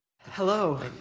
Hello